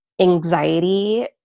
anxiety